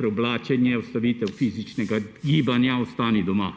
preoblačenje, ustavitev fizičnega gibanja, ostani doma.